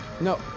No